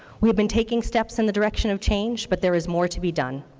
we have been taking steps in the direction of change, but there is more to be done.